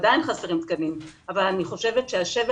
עדיין חסרים תקנים אבל אני חושבת שהשבר